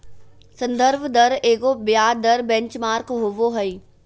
संदर्भ दर एगो ब्याज दर बेंचमार्क होबो हइ